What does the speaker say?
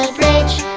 bridge